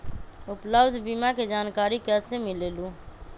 उपलब्ध बीमा के जानकारी कैसे मिलेलु?